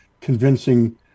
convincing